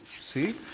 See